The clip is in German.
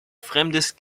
fremdes